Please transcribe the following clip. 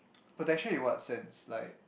protection in what sense like